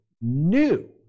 new